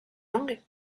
langue